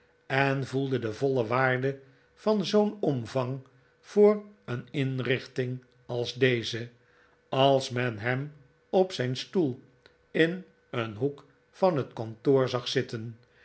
en voelde de voile waarde van zoo'n omvang voor een indenting als deze als men hem op zijn stoel in een hoek van het kantoor zag zitten